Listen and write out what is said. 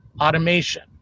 automation